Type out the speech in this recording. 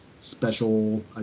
special